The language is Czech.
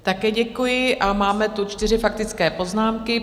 Také děkuji a máme tu čtyři faktické poznámky.